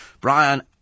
Brian